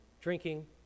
drinking